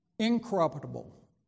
incorruptible